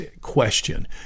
question